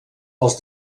els